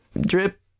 drip